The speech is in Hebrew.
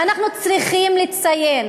ואנחנו צריכים לציין